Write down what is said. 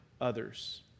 others